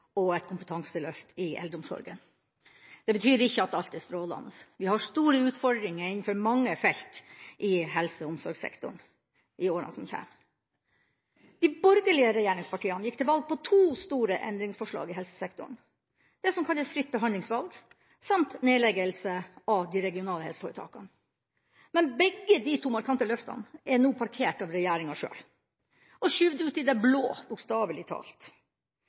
og et kompetanseløft i eldreomsorgen. Det betyr ikke at alt er strålende. Vi har store utfordringer innenfor mange felt i helse- og omsorgssektoren i årene som kommer. De borgerlige regjeringspartiene gikk til valg på to store endringsforslag for helsesektoren: Det som kalles «fritt behandlingsvalg» samt nedleggelse av de regionale helseforetakene. Men begge disse to markante løftene er nå parkert av regjeringa sjøl og skjøvet ut i det blå – bokstavelig talt